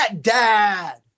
dad